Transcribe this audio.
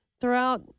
throughout